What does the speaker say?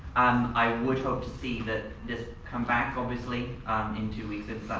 i would hope to see that this come back obviously in two weeks if